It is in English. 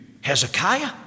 Hezekiah